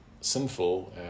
sinful